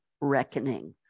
reckoning